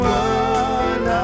one